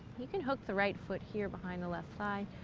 you can hook the right foot here behind the left thigh,